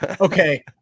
Okay